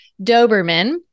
Doberman